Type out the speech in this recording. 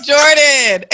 Jordan